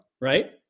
right